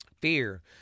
fear